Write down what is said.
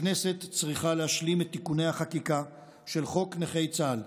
הכנסת צריכה להשלים את תיקוני החקיקה של חוק נכי צה"ל,